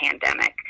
pandemic